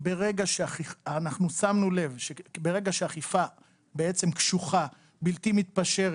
ברגע שאכיפה בעצם קשוחה, בלתי מתפשרת,